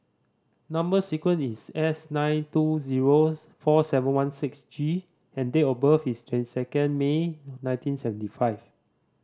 number sequence is S nine two zero four seven one six G and date of birth is twenty second May nineteen seventy five